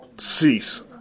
cease